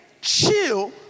chill